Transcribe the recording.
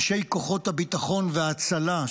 אנשי כוחות הביטחון וההצלה,